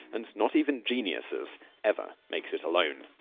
and not even geniuses ever makes it alone.